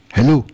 Hello